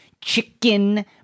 chicken